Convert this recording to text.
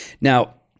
Now